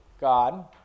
God